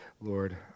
Lord